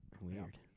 Weird